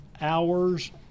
hours